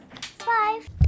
five